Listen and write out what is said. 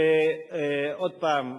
שעוד פעם,